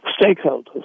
stakeholders